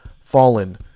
fallen